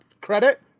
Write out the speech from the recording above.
credit